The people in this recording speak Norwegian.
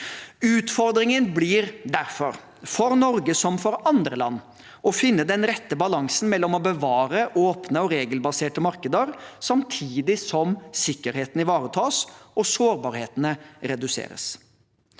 Utfordringen blir derfor, for Norge som for andre land, å finne den rette balansen i å bevare åpne og regelbaserte markeder samtidig som sikkerheten ivaretas og sårbarhetene reduseres.